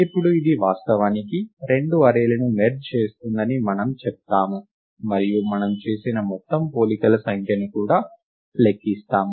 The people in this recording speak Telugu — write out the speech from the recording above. ఇప్పుడు ఇది వాస్తవానికి రెండు అర్రే లను మెర్జ్ చేస్తుందని మనము చెప్తాము మరియు మనము చేసిన మొత్తం పోలికల సంఖ్యను కూడా లెక్కిస్తాము